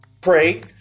Pray